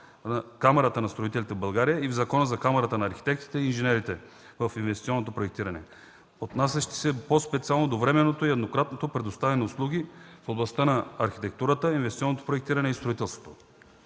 Камарата на строителите в България и в Закона за камарите на архитектите и инженерите в инвестиционното проектиране, отнасящи се по-специално до временното и еднократното предоставяне на услуги в областта на архитектурата, инвестиционното проектиране и строителството.